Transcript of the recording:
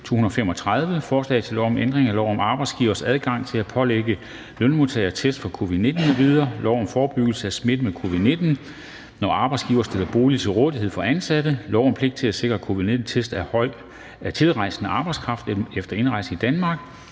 Forslag til lov om ændring af lov om arbejdsgiveres adgang til at pålægge lønmodtagere test for covid-19 m.v., lov om forebyggelse af smitte med covid-19, når arbejdsgivere stiller bolig til rådighed for ansatte, lov om pligt til at sikre covid-19-test af tilrejsende arbejdskraft efter indrejse i Danmark